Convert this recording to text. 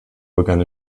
begann